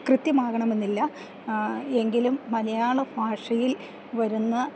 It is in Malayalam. കൃത്യമാകണമെന്നില്ല എങ്കിലും മലയാള ഭാഷയിൽ വരുന്ന